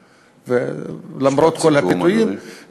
נתניהו, למרות כל הפיתויים.